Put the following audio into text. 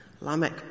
Lamech